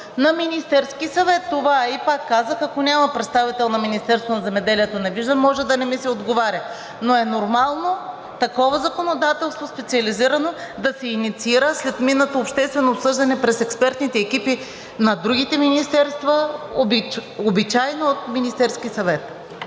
на Министерския съвет? Това е. И пак казах, ако няма представител на Министерството на земеделието – не виждам, може да не ми се отговаря, но е нормално такова специализирано законодателство да се инициира след обществено обсъждане, през експертните екипи на другите министерства, обичайно от Министерския съвет.